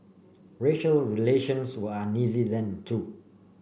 racial relations were uneasy then too